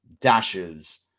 dashes